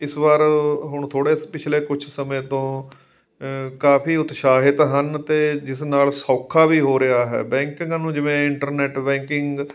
ਇਸ ਵਾਰ ਹੁਣ ਥੋੜ੍ਹੇ ਪਿਛਲੇ ਕੁਝ ਸਮੇਂ ਤੋਂ ਕਾਫੀ ਉਤਸ਼ਾਹਿਤ ਹਨ ਅਤੇ ਜਿਸ ਨਾਲ ਸੌਖਾ ਵੀ ਹੋ ਰਿਹਾ ਹੈ ਬੈਂਕਿੰਗ ਨੂੰ ਜਿਵੇਂ ਇੰਟਰਨੈਟ ਬੈਂਕਿੰਗ